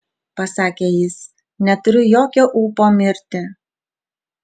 pasakė jis neturiu jokio ūpo mirti